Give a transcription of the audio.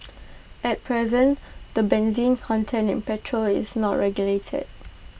at present the benzene content in petrol is not regulated